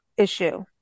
issue